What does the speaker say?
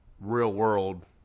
real-world